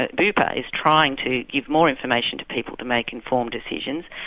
ah bupa is trying to give more information to people to make informed decisions.